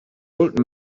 old